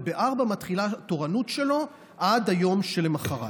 וב-16:00 מתחילה תורנות שלו עד היום שלמוחרת.